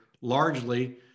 largely